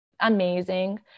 amazing